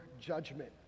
judgment